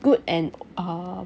good and ah